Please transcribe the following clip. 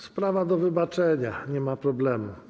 Sprawa do wybaczenia, nie ma problemu.